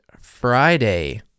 Friday